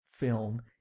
film